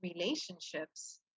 relationships